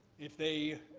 if they